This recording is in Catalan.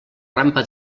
rampa